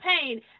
pain